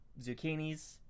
zucchinis